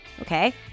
okay